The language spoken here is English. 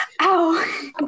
Ow